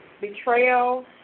betrayal